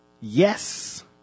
Yes